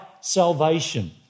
salvation